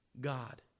God